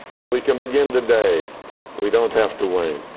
and we can begin today. we don't have to wait.